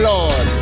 Lord